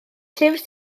llyfr